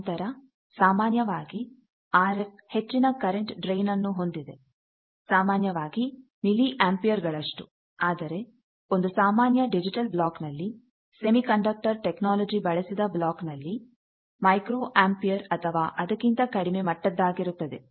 ಹೆಚ್ಚಿನ ಕರೆಂಟ್ ಡ್ರೈನ್ಅನ್ನು ಹೊಂದಿದೆ ಸಾಮಾನ್ಯವಾಗಿ ಮಿಲಿ ಅಂಪಿಯರ್ಗಳಷ್ಟು ಆದರೆ ಒಂದು ಸಾಮಾನ್ಯ ಡಿಜಿಟಲ್ ಬ್ಲಾಕ್ನಲ್ಲಿ ಸೆಮಿ ಕಂಡಕ್ಟರ್ ಟೆಕ್ನಾಲಜಿ ಬಳಸಿದ ಬ್ಲಾಕ್ ನಲ್ಲಿ ಮೈಕ್ರೋ ಅಂಪಿಯರ್ ಅಥವಾ ಅದಕ್ಕಿಂತ ಕಡಿಮೆ ಮಟ್ಟದ್ದಾಗಿರುತ್ತದೆ